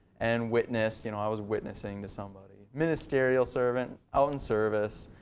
and witness you know i was witnesses to somebody. ministerial servant, out in service,